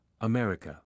America